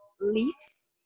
leaves